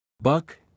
Buck